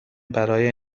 برای